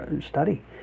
study